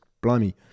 blimey